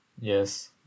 yes